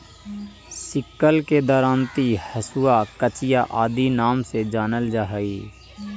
sickle के दरांति, हँसुआ, कचिया आदि नाम से जानल जा हई